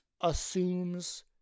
assumes